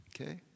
okay